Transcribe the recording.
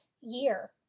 year